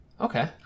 Okay